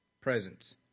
presence